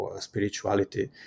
spirituality